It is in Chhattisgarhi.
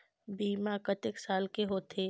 बीमा कतेक साल के होथे?